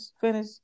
Finish